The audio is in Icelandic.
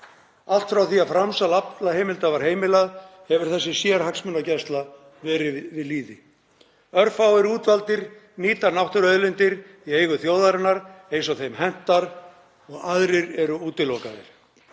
Allt frá því að framsal aflaheimilda var heimilað hefur þessi sérhagsmunagæsla verið við lýði. Örfáir útvaldir nýta náttúruauðlindir í eigu þjóðarinnar eins og þeim hentar og aðrir eru útilokaðir.